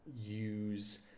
use